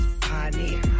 pioneer